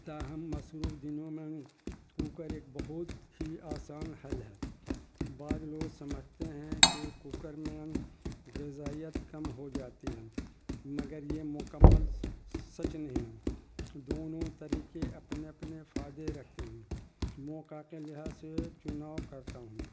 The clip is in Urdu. تاہم مصروف دنوں میں کوکر ایک بہت ہی آسان حل ہے بعض لوگ سمجھتے ہیں کہ کوکر میں غذائیت کم ہو جاتی ہے مگر یہ مکمل سچ نہیں دونوں طریقے اپنے اپنے فائدے رکھتے ہیں موقع کے لحاظ سے چناؤ کرتا ہوں